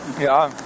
Ja